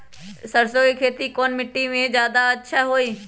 सरसो के खेती कौन मिट्टी मे अच्छा मे जादा अच्छा होइ?